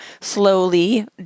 slowly